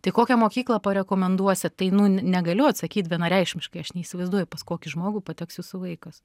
tai kokią mokyklą parekomenduosi tai nu negaliu atsakyt vienareikšmiškai aš neįsivaizduoju pas kokį žmogų pateks jūsų vaikas